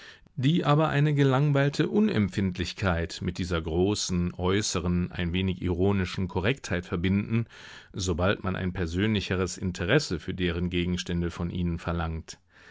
die aber eine gelangweilte unempfindlichkeit mit dieser großen äußeren ein wenig ironischen korrektheit verbinden sobald man ein persönlicheres interesse für deren gegenstände von ihnen verlangt